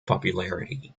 popularity